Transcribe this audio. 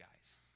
guys